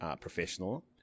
professional